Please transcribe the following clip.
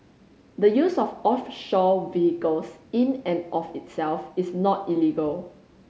the use of offshore vehicles in and of itself is not illegal